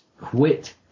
quit